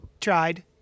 tried